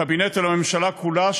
הקבינט ולממשלה כולה,